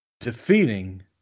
defeating